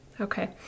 Okay